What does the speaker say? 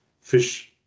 fish